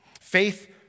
Faith